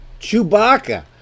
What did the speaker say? Chewbacca